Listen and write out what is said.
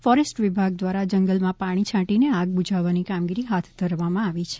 forest વિભાગ દ્વારા જગલમાં પાણી છાંટીને આગ બૂઝાવવાની કામગીરી હાથ ધરવામાં આવી છે